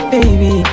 Baby